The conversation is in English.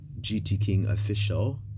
GTKingOfficial